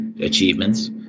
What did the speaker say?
achievements